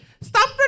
stop